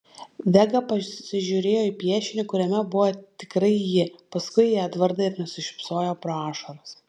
vega pasižiūrėjo į piešinį kuriame buvo tikrai ji paskui į edvardą ir nusišypsojo pro ašaras